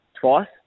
twice